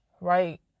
Right